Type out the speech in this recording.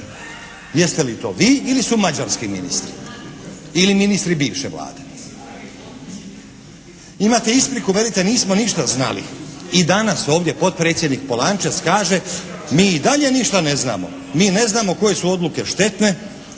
Jeste li to vi ili su mađarski ministri, ili ministri bivše Vlade? Imate ispriku velite nismo ništa znali. I danas ovdje potpredsjednik Polančec kaže mi i dalje ništa ne znamo. Mi ne znamo koje su odluke štetne.